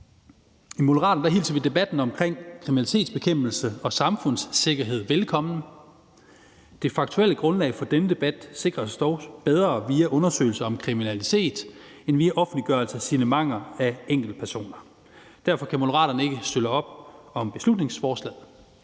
I Moderaterne hilser vi debatten om kriminalitetsbekæmpelse og cybersikkerhed velkommen. Det faktuelle grundlag for denne debat sikres dog bedre via undersøgelser om kriminalitet end via offentliggørelse af signalementer af enkeltpersoner. Derfor kan Moderaterne ikke støtte beslutningsforslaget.